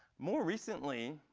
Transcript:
more recently,